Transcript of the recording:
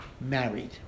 married